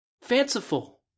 Fanciful